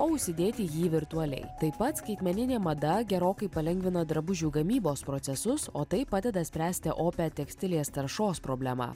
o užsidėti jį virtualiai taip pat skaitmeninė mada gerokai palengvina drabužių gamybos procesus o tai padeda spręsti opią tekstilės taršos problemą